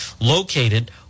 located